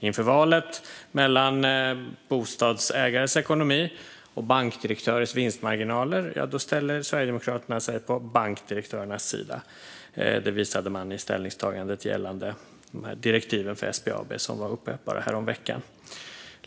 Inför valet mellan bostadsägarens ekonomi och bankdirektörernas vinstmarginaler ställer Sverigedemokraterna sig på bankdirektörernas sida. Detta visade man i ställningstagandet gällande de direktiv för SBAB som togs upp häromveckan.